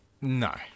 No